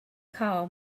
call